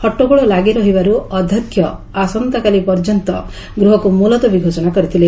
ହଟ୍ଟଗୋଳ ଲାଗି ରହିବାରୁ ଅଧ୍ୟକ୍ଷ ଆସନ୍ତାକାଲି ପର୍ଯ୍ୟନ୍ତ ଗୃହକୁ ମୁଲତବୀ ଘୋଷଣା କରିଥିଲେ